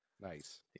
Nice